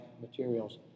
materials